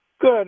Good